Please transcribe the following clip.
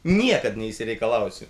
niekad neišsireikalausi